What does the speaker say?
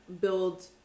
build